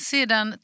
Sedan